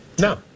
No